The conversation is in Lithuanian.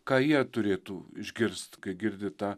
ką jie turėtų išgirst kai girdi tą